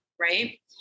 right